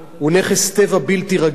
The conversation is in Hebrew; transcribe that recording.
הוא נכס טבע בלתי רגיל,